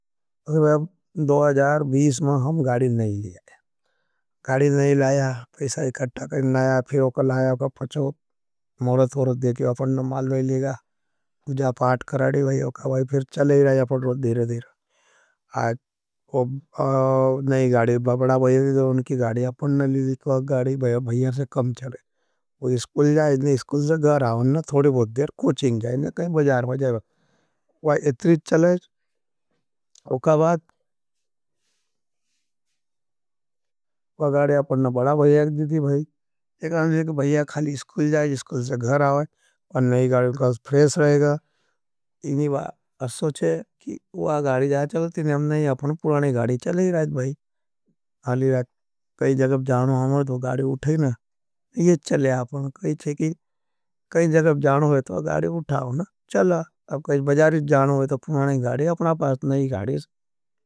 समस्ते, दो हजार बीस में हम गाड़ी नहीं लिया है, गाड़ी नहीं लाया, पेसाई कट्टा करना आया, फिर उका लाया वोका पचो, मौरत वोरोड देके आपने माल लियेगा। पुझा पाठ कराड़ी वोका वोई फिर चले ही रहा है अपने देरे देरे, आज नहीं गाड़ी। आपने गाड़ी नहीं लियेगा, गाड़ी नहीं लियेगा, भाईया से कम चले, वो इसकुल जाएँ, इसकुल से घर आओंने थोड़े बहुत देर, कोचिंग जाए। कहें बजार में जाएँ, वो एतरी चले, वोका बात वो गाड़ी अपने बड़ा भाईया दिदी भा। तोड़ुगो कोटने, आपने बजार में जाले आ रही है, कहें जगव जाउं रही है, तो गाड़ी उठोंना, यह चले आपनेस, कहें जगव जााँ औई रही है। गाड़ी उठाओण, चला अपका इस बजारिस जाना होई तो पुराने गाड़े, अपना पास नई गाड़ेस।